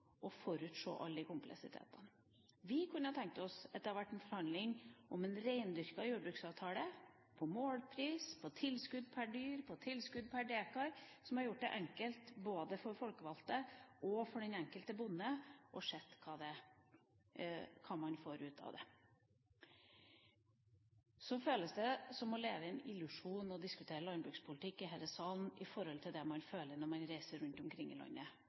til alle delene av det. Jeg mener det er veldig vanskelig for et demokrati og også for en næring å forutse den kompleksiteten. Vi kunne tenkt oss at det hadde vært en forhandling om en rendyrket jordbruksavtale, om målpris, om tilskudd per dyr, om tilskudd per dekar, som hadde gjort det enkelt både for de folkevalgte og for den enkelte bonde å se hva man får ut av det. Det føles som å leve i en illusjon når en diskuterer landbrukspolitikk i denne salen, i forhold det man føler når